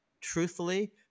Truthfully